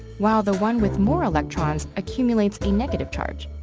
while the one with more electrons accumulates a negative charge.